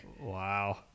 Wow